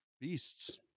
beasts